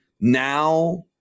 Now